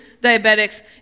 diabetics